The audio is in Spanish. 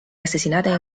asesinada